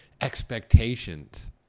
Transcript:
expectations